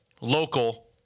local